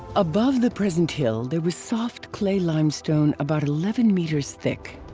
above the present hill there was soft clay limestone about eleven meters thick,